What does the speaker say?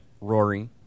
Rory